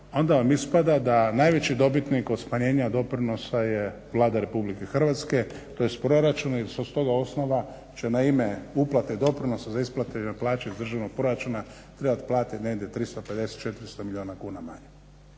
onda vam ispada da najveći dobitnik od smanjenja doprinosa je Vlada RH tj. proračun jel … osnova će na ime uplate doprinosa za isplate plaća iz državnog proračuna trebati platiti negdje 350, 400 milijuna kuna manje.